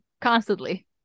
Constantly